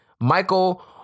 Michael